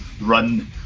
run